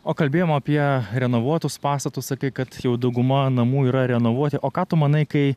o kalbėjom apie renovuotus pastatus apie kad jau dauguma namų yra renovuoti o ką tu manai kai